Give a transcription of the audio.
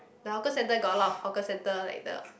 the hawker centre got a lot of hawker centre like the